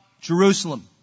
Jerusalem